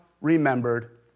remembered